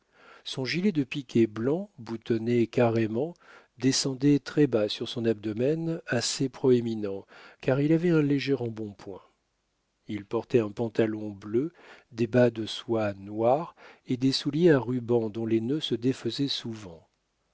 son gilet de piqué blanc boutonné carrément descendait très-bas sur son abdomen assez proéminent car il avait un léger embonpoint il portait un pantalon bleu des bas de soie noire et des souliers à rubans dont les nœuds se défaisaient souvent